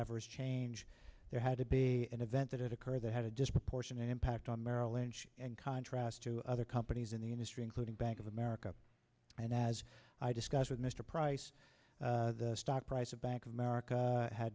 adverse change there had to be an event that occurred that had a disproportionate impact on merrill lynch and contrast to other companies in the industry including bank of america and as i discussed with mr price the stock price of bank of america ha